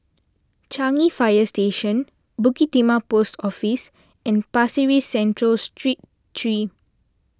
Changi Fire Station Bukit Timah Post Office and Pasir Ris Central Street three